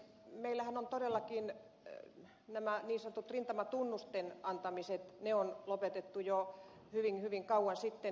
meillähän on todellakin nämä niin sanotut rintamatunnusten antamiset lopetettu jo hyvin hyvin kauan sitten